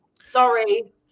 Sorry